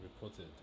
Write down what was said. reported